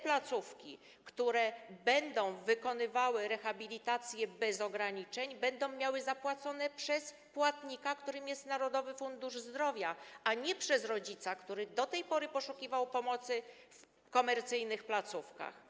Placówki, które będą wykonywały rehabilitację bez ograniczeń, będą miały za to zapłacone przez płatnika, którym jest Narodowy Fundusz Zdrowia, a nie przez rodzica, który do tej pory poszukiwał pomocy w komercyjnych placówkach.